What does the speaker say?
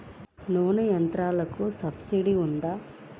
నూనె యంత్రాలకు సబ్సిడీ ఉందా?